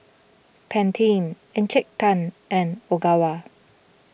Pantene Encik Tan and Ogawa